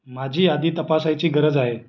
माझी यादी तपासायची गरज आहे